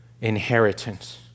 inheritance